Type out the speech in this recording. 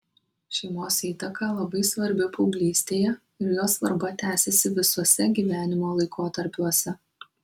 šeimos įtaka labai svarbi paauglystėje ir jos svarba tęsiasi visuose gyvenimo laikotarpiuose